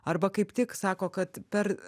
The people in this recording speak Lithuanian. arba kaip tik sako kad per